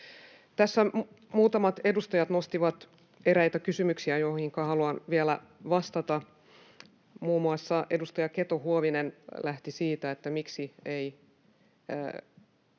Tässä muutamat edustajat nostivat eräitä kysymyksiä, joihinka haluan vielä vastata: Muun muassa edustaja Keto-Huovinen lähti siitä, miksi ei